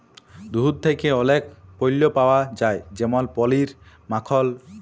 দুহুদ থ্যাকে অলেক পল্য পাউয়া যায় যেমল পলির, মাখল